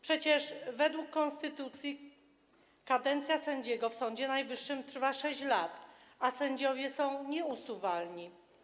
Przecież według konstytucji kadencja sędziego w Sądzie Najwyższym trwa 6 lat, a sędziowie są nieusuwalni.